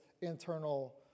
internal